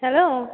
hello